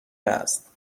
است